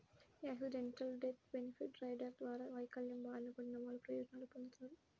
accidental death benefit rider ద్వారా వైకల్యం బారిన పడినవాళ్ళు ప్రయోజనాలు పొందుతాడు